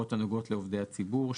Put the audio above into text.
ההוראות הנוגעות לעובדי הציבור,